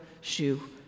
shoe